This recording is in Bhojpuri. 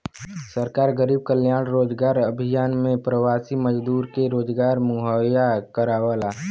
सरकार गरीब कल्याण रोजगार अभियान में प्रवासी मजदूरन के रोजगार मुहैया करावला